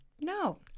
No